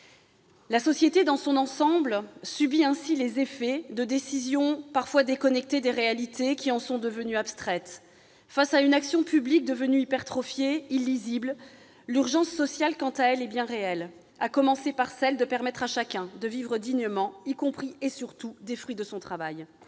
La société dans son ensemble subit ainsi les effets de décisions parfois déconnectées des réalités en point d'en devenir abstraites. Face à une action publique devenue hypertrophiée, illisible, l'urgence sociale, quant à elle, est bien réelle. L'urgence, c'est d'abord de permettre à chacun de vivre dignement, y compris, et surtout, des fruits son travail.